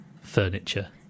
furniture